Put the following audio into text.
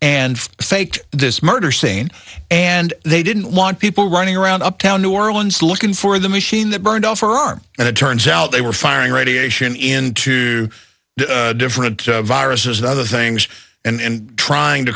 and faked this murder scene and they didn't want people running around uptown new orleans looking for the machine that burned off her arm and it turns out they were firing radiation into different viruses and other things and trying to